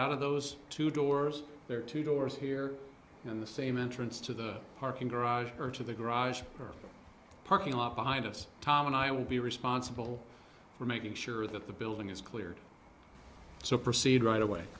out of those two doors there are two doors here in the same entrance to the parking garage or to the garage or parking lot behind us tom and i will be responsible for making sure that the building is cleared so proceed right away